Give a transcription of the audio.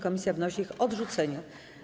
Komisja wnosi o ich odrzucenie.